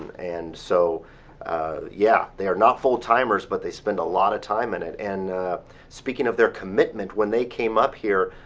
and so yeah. they're not full-timers but they spend a lot of time in it and speaking of their commitment, when they came up here,